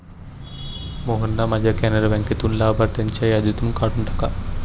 मोहनना माझ्या कॅनरा बँकेतून लाभार्थ्यांच्या यादीतून काढून टाका